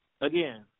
Again